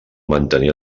mantenir